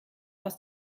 aus